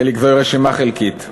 חיליק, זוהי רשימה חלקית.